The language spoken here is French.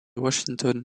washington